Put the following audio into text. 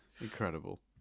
Incredible